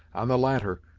on the latter,